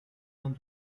vingt